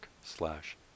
slash